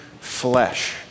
flesh